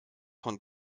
von